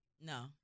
No